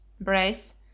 Brace